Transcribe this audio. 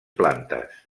plantes